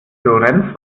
florenz